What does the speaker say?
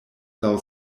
laŭ